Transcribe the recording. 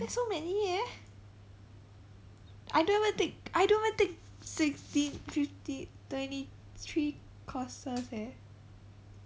that's so many eh I don't even take I don't even take sixty fifty twenty three courses eh